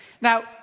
Now